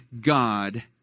God